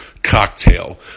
Cocktail